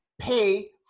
pay